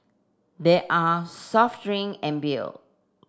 there are soft drink and beer